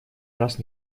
раз